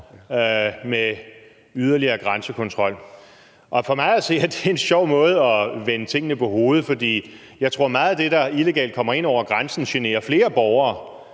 med yderligere grænsekontrol. For mig at se er det en sjov måde at vende tingene på hovedet, for jeg tror, at meget af det, der illegalt kommer ind over grænsen, generer flere borgere